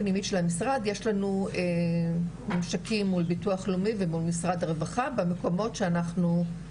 יש לנו ממשקים מול ביטוח לאומי ומול משרד הרווחה במקומות שאנחנו,